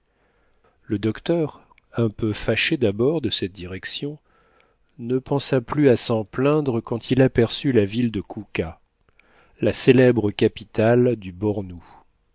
le docteur un peu fâché d'abord de cette direction ne pensa plus à s'en plaindre quand il aperçut la ville de kouka la célèbre capitale du